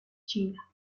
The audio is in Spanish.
china